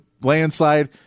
landslide